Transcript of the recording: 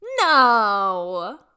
No